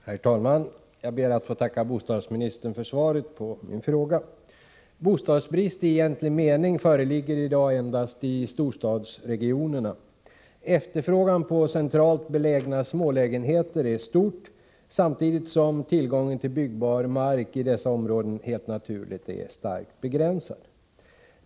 Herr talman! Jag ber att få tacka bostadsministern för svaret på min fråga. Bostadsbrist i egentlig mening föreligger i dag endast i storstadsregionerna. Efterfrågan på centralt belägna smålägenheter är stor, samtidigt som tillgången till byggbar mark i dessa områden helt naturligt är starkt begränsad.